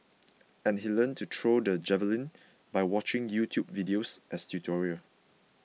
and he learnt to throw the javelin by watching YouTube videos as tutorial